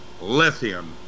lithium